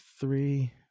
three